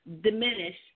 diminish